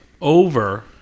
over